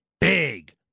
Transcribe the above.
big